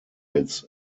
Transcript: its